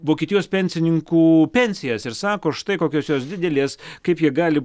vokietijos pensininkų pensijas ir sako štai kokios jos didelės kaip jie gali